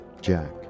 Jack